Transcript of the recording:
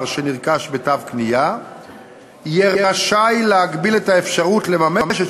שנרכש בתו קנייה יהיה רשאי להגביל את האפשרות לממש את